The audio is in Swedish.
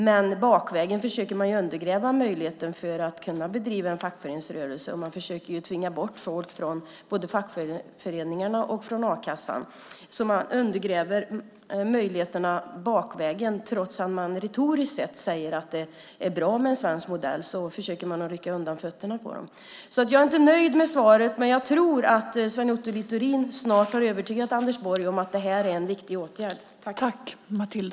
Men bakvägen försöker man undergräva möjligheten att bedriva en fackföreningsrörelse. Man försöker ju tvinga bort folk från både fackföreningarna och a-kassan, så man undergräver möjligheterna bakvägen. Trots att man i retoriken säger att det är bra med den svenska modellen försöker man rycka undan mattan. Jag är alltså inte nöjd med svaret. Men jag tror att Sven Otto Littorin snart har övertygat Anders Borg om att det här är en viktig åtgärd.